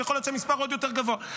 ויכול להיות שהמספר עוד יותר גבוה.